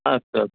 अस्तु